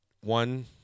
one